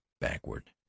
backward